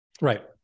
Right